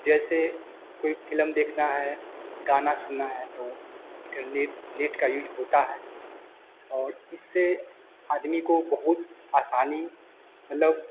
जैसे कोई फिलम देख रहा है गाना सुन रहा है तो इंटरनेट नेट का यूज होता है और इससे आदमी को बहुत आसानी मतलब